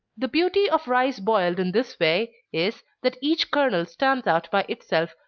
the beauty of rice boiled in this way, is, that each kernel stands out by itself,